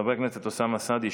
חבר הכנסת אוסאמה סעדי,